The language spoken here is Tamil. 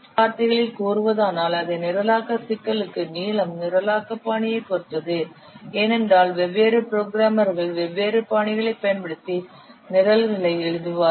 வேறு வார்த்தைகளில் கூறுவதானால் அதே நிரலாக்க சிக்கலுக்கு நீளம் நிரலாக்க பாணியைப் பொறுத்தது ஏனென்றால் வெவ்வேறு புரோகிராமர்கள் வெவ்வேறு பாணிகளைப் பயன்படுத்தி நிரல்களை எழுதுவார்கள்